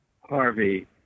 Harvey